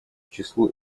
числу